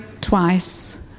twice